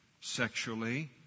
sexually